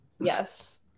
Yes